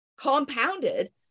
compounded